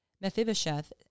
Mephibosheth